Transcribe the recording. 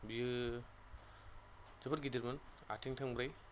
बेयो जोबोद गिदिरमोन आथिं थोंब्रै